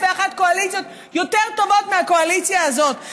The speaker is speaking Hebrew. ואחת קואליציות יותר טובות מהקואליציה הזאת.